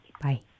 Bye